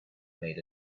made